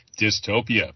dystopia